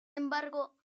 embargo